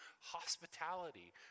hospitality